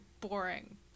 boring